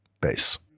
base